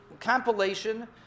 compilation